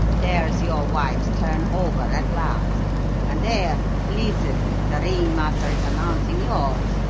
there's your wife's turn over at last and there listen! the ringmaster is announcing yours.